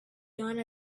done